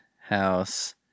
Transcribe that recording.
House